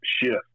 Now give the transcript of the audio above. shift